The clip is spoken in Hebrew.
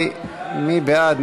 מי בעד?